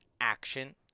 action